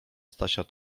stasia